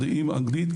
מדעים ואנגלית.